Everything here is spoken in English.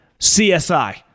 CSI